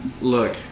Look